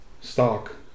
stock